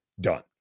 done